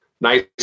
Nice